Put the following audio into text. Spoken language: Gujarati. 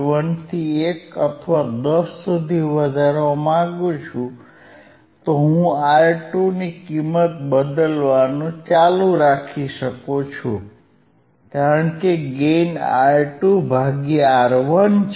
1 થી 1 અથવા 10 સુધી વધારવા માંગુ છું તો હું R2 ની કિંમત બદલવાનું ચાલુ રાખી શકું છું કારણ કે ગેઇન R2 ભાગ્યા R1 છે